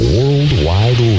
Worldwide